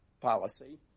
policy